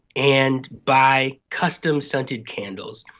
and buy custom scented candles.